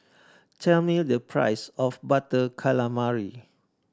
tell me the price of Butter Calamari